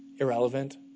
irrelevant